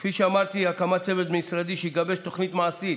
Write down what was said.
כפי שאמרתי: הקמת צוות בין-משרדי שיגבש תוכנית מעשית,